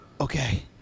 okay